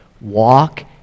walk